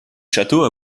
château